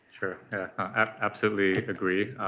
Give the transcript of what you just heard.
i absolutely agree.